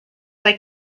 like